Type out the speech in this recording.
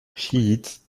chiite